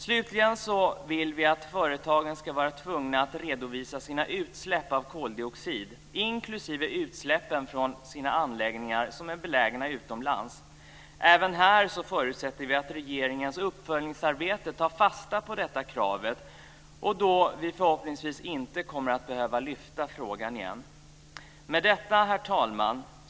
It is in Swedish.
Slutligen vill vi att företagen ska vara tvungna att redovisa sina utsläpp av koldioxid, inklusive utsläppen från anläggningar belägna utomlands. Även här förutsätter vi att regeringens uppföljningsarbete tar fasta på detta krav, och då kommer vi förhoppningsvis inte att behöva lyfta fram frågan igen. Herr talman!